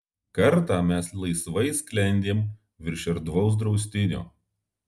kartą mes laisvai sklendėm virš erdvaus draustinio